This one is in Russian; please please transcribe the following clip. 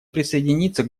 присоединиться